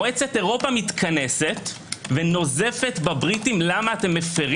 מועצת אירופה מתכנסת ונוזפת בבריטים למה אתם מפרים